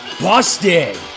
busted